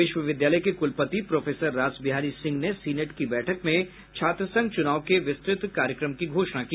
विश्वविद्यालय के कुलपति प्रोफेसर रासबिहारी सिंह ने सीनेट की बैठक में छात्र संघ चुनाव के विस्तृत कार्यक्रम की घोषणा की